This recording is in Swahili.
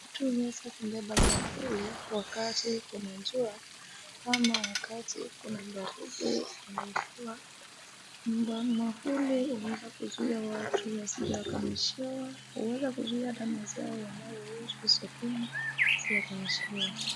mtu huweza kubeba miavuli wakati kuna jua ama wakati kuna mvua mwavuli huweza kusaidia watu wasije wakanyeshewa wala inauzia mazao yaliyo sokoni zisinyeshewe